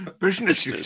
Business